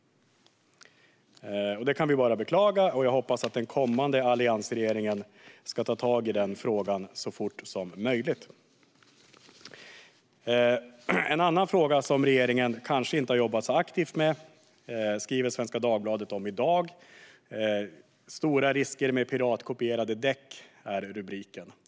Detta kan vi bara beklaga. Jag hoppas att den kommande alliansregeringen ska ta tag i den frågan så fort som möjligt. En annan fråga som regeringen kanske inte har jobbat så aktivt med skriver Svenska Dagbladet om i dag. Rubriken är: Stora risker med piratkopierade däck.